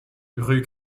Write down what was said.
rue